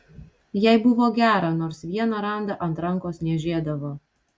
jai buvo gera nors vieną randą ant rankos niežėdavo